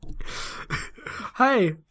Hi